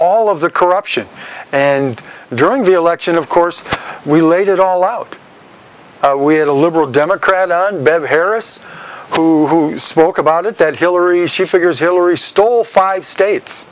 all of the corruption and during the election of course we laid it all out we had a liberal democrat bev harris who spoke about it that hillary she figures hillary stole five states